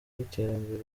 y’iterambere